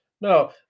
No